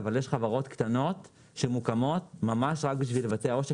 אבל יש חברות קטנות שמוקמות ממש רק בשביל לבצע עושק.